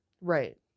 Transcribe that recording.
Right